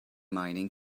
mining